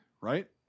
right